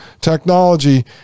technology